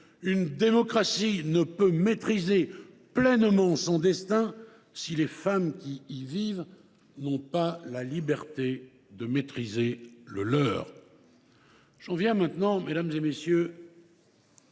Une démocratie ne peut maîtriser pleinement son destin si les femmes qui y vivent n’ont pas la liberté de maîtriser le leur. J’en viens maintenant à la nécessité